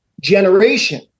generation